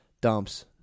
dumps